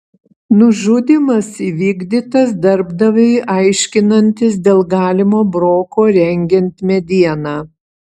nužudymas įvykdytas darbdaviui aiškinantis dėl galimo broko rengiant medieną